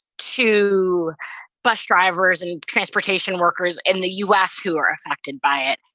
to bus drivers and transportation workers in the u s. who are affected by it.